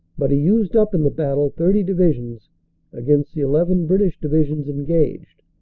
but he used up in the battle thirty divisions against the eleven british divisions engaged,